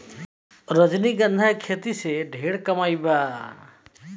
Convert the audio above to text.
रजनीगंधा के खेती से ढेरे कमाई बा